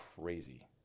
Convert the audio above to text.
crazy